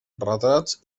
retrats